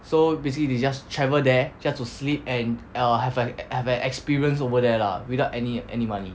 so basically they just travel there just to sleep and err have an have an experience over there lah without any any money